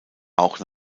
auch